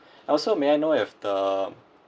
also may I know if the